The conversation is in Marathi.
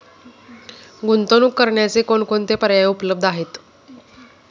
गुंतवणूक करण्याचे कोणकोणते पर्याय उपलब्ध आहेत?